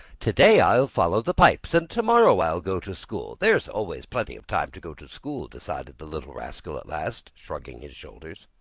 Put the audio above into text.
today i'll follow the pipes, and tomorrow i'll go to school. there's always plenty of time to go to school, decided the little rascal at last, shrugging his shoulders.